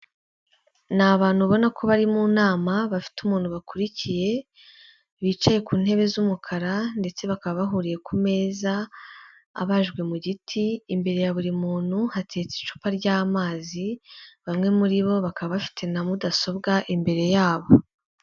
Ni abantu ubona ko bari mu nama, bafite umuntu bakurikiye, bicaye ku ntebe z'umukara ndetse bakaba bahuriye ku meza abajwe mu giti, imbere ya buri muntu hateretse icupa ry'amazi, bamwe muri bo bakaba bafite na mudasobwa imbere yabo.